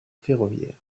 ferroviaires